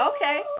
Okay